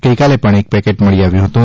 ગઇકાલે પણ એક પેકેટ મળી આવ્યું હતું